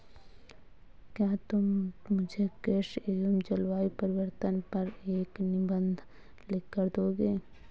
क्या तुम मुझे कृषि एवं जलवायु परिवर्तन पर एक निबंध लिखकर दोगे?